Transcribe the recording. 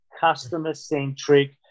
customer-centric